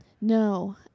No